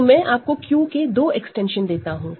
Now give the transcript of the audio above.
तो मैं आपको Q के दो एक्सटेंशन देता हूं